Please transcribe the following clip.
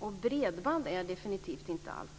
och bredband är definitivt inte allt.